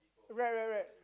rack rack rack